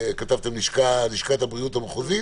כתבתם לשכת הבריאות המחוזית.